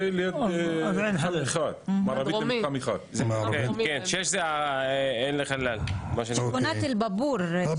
זה מערבית למתחם 1. אל-חלאל זה באבור.